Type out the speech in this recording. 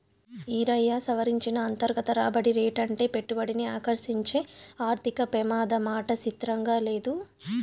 ఈరయ్యా, సవరించిన అంతర్గత రాబడి రేటంటే పెట్టుబడిని ఆకర్సించే ఆర్థిక పెమాదమాట సిత్రంగా లేదూ